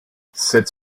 cette